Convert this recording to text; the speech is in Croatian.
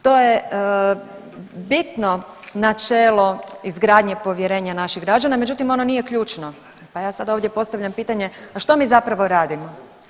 To je bitno načelo izgradnje povjerenja naših građana međutim ono nije ključno, pa ja sad ovdje postavljam pitanje a što mi zapravo radimo.